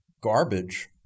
garbage